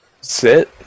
sit